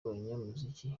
abanyamuziki